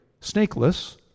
snakeless